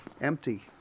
empty